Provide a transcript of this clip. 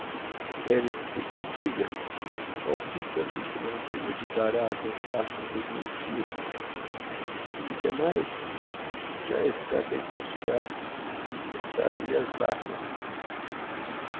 queres que te diga palpita me que não premeditará attentar contra os meus dias e demais já está bem castigado cortaram lhe as barbas